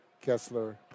Kessler